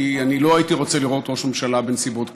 כי אני לא הייתי רוצה לראות ראש ממשלה בנסיבות כאלה,